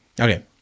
Okay